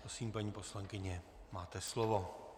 Prosím, paní poslankyně, máte slovo.